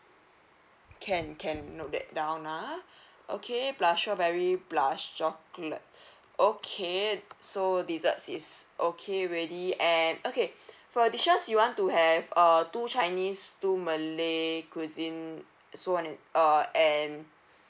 can can note that down ah okay plus strawberry plus chocolate okay so desserts is okay ready and okay for dishes you want to have uh two chinese two malay cuisine so one and uh and